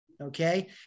Okay